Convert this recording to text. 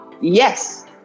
yes